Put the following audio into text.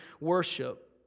worship